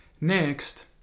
next